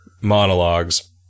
monologues